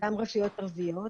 וגם רשויות ערביות.